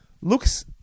looks